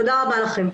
תודה רבה לכם.